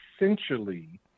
essentially